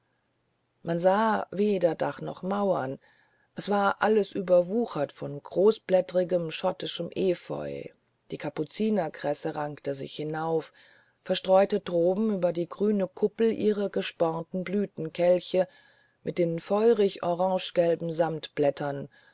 man sah weder dach noch mauern es war alles überwuchert von großblätterigem schottischem epheu die kapuzinerkresse rankte sich hinauf verstreute droben über die grüne kuppel ihre gespornten blütenkelche mit den feurig